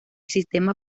sistema